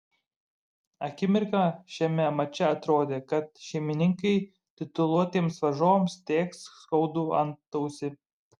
akimirką šiame mače atrodė kad šeimininkai tituluotiems varžovams tėkš skaudų antausį